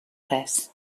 res